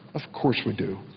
of course we do.